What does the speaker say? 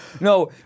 No